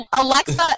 Alexa